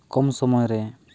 ᱠᱚᱢ ᱥᱚᱢᱚᱭ ᱨᱮ